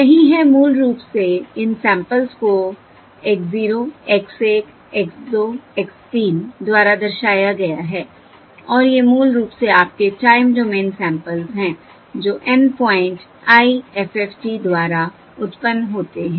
यही है मूल रूप से इन सैंपल्स को x0 x1 x2 x3 द्वारा दर्शाया गया है और ये मूल रूप से आपके टाइम डोमेन सैंपल्स हैं जो N प्वाइंट IFFT द्वारा उत्पन्न होते हैं